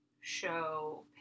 Show